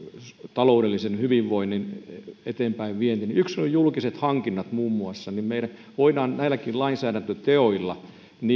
taloudellisen hyvinvoinnin eteenpäinvientiä yksi on julkiset hankinnat muun muassa me voimme näilläkin lainsäädäntöteoilla